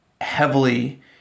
heavily